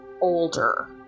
older